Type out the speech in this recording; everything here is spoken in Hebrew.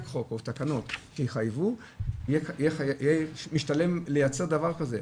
חוק או תקנות שיחייבו יהיה משתלם לייצר דבר כזה.